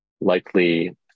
likely